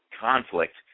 conflict